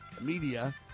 media